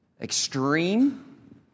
extreme